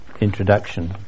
introduction